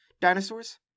Dinosaurs